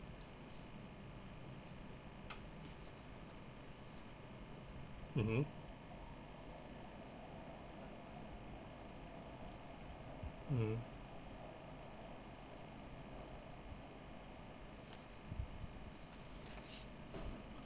mmhmm mm